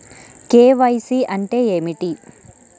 KYC అంటే ఏమి?